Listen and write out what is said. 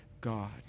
God